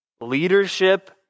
Leadership